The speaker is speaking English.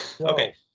Okay